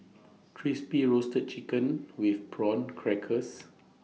Crispy Roasted Chicken with Prawn Crackers